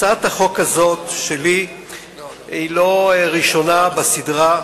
הצעת החוק הזאת שלי היא לא הראשונה בסדרה.